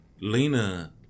Lena